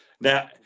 Now